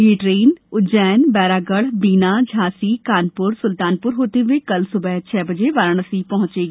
यह ट्रेन उज्जैन बैरागढ़ बीना झांसी कानपुर सुल्तानपुर होते हुए कल सुबह छह बजे वाराणसी पहुंचेगी